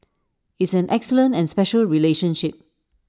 it's an excellent and special relationship